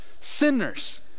sinners